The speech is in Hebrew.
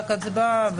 רק הצבעה,